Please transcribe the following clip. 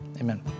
Amen